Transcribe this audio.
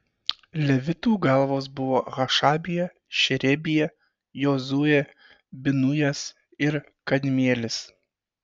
levitų galvos buvo hašabija šerebija jozuė binujas ir kadmielis